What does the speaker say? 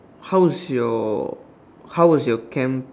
how's was you how was your Chem